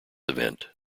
event